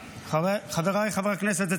חבריי חברי הכנסת,